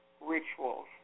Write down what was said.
rituals